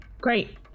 great